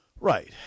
Right